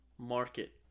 market